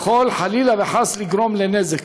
שיכול חלילה וחס לגרום לנזק.